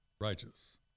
righteous